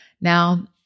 Now